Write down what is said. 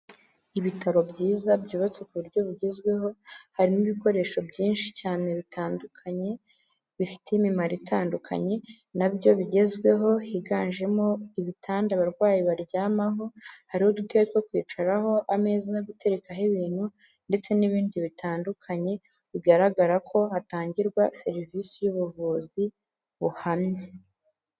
Ibitaro byiza byubatswe ku buryo bugezweho, harimo ibikoresho byinshi cyane bitandukanye bifite imimaro itandukanye nabyo bigezweho higanjemo ibitanda abarwayi baryamaho, hari udutebe two kwicaraho, ameza yo guterekaho ibintu ndetse n'ibindi bitandukanye bigaragara ko hatangirwa serivise y'ubuvuzi buhamye.